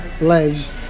Les